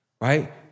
Right